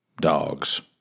Dogs